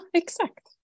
exakt